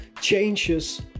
changes